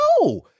No